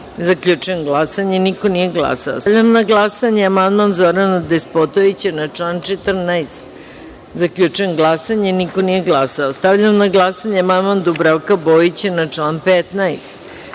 13.Zaključujem glasanje: niko nije glasao. Stavljam na glasanje amandman Zorana Despotovića na član 14. Zaključujem glasanje: niko nije glasao. Stavljam na glasanje amandman Dubravka Bojića na član 15.